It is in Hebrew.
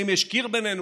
האם יש קיר בינינו,